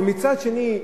ומצד שני,